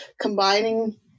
combining